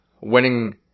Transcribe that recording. winning